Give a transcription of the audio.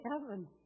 heaven